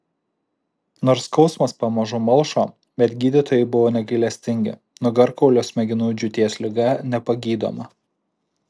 nors skausmas pamažu malšo bet gydytojai buvo negailestingi nugarkaulio smegenų džiūties liga nepagydoma